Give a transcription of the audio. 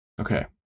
Okay